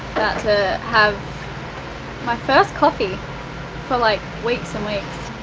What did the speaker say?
to have my first coffee for like weeks and weeks.